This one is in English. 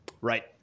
Right